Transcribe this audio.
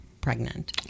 pregnant